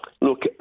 Look